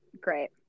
great